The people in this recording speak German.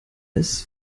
als